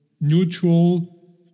neutral